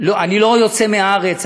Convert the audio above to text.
אני לא יוצא מהארץ,